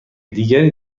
دیگری